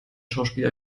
schauspiel